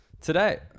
today